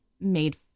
made